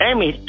Amy